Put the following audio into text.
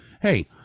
Hey